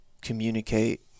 communicate